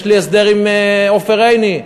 יש לי הסדר עם עופר עיני,